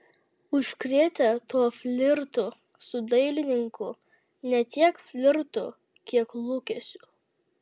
užkrėtė tuo flirtu su dailininku ne tiek flirtu kiek lūkesiu